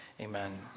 Amen